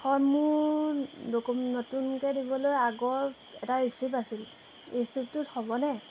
হয় মোৰ ডকু নতুনকৈ দিবলৈ আগৰ এটা ৰিচিপ্ট আছিল ৰিচিপ্টটোত হ'বনে